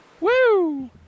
Woo